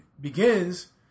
begins